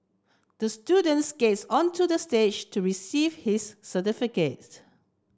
the student skated onto the stage to receive his certificate